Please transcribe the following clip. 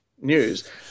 news